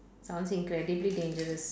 sounds incredibly dangerous